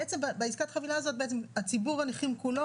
בעסקת חבילה הזאת ציבור הנכים כולו